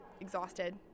exhausted